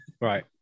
Right